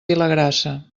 vilagrassa